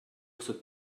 cette